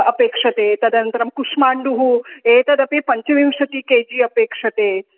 अपेक्ष्यते तदनन्तरं कुष्माण्डः एतदपि पञ्चविंशतिः के जी अपेक्ष्यते